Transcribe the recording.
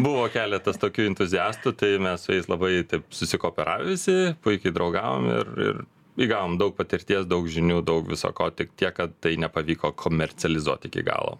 buvo keletas tokių entuziastų tai mes su jais labai susikooperavę visi puikiai draugavom ir ir įgavome daug patirties daug žinių daug visa ko tik tiek kad tai nepavyko komercializuoti iki galo